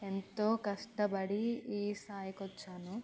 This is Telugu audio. ఎంతో కష్టపడి ఈ స్థాయికి వచ్చాను